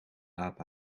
aap